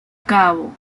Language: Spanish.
cabo